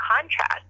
contrast